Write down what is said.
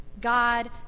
God